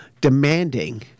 demanding